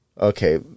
okay